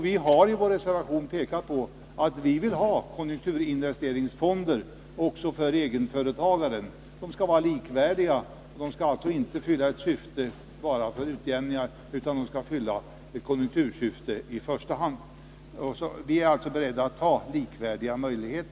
Vi har i vår reservation framhållit att vi vill ha konjunkturinvesteringsfonder också för egenföretagare. Dessa fonder skall vara likvärdiga med storföretagens investeringsfonder. Deras syfte skall inte vara inkomstutjämnande utan i första hand konjunkturstyrande.